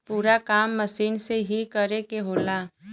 पूरा काम मसीन से ही करे के होला